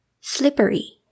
Slippery